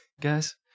guys